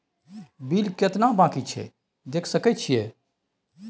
Bill केतना बाँकी छै देख सके छियै?